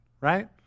right